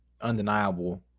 undeniable